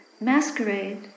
masquerade